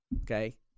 Okay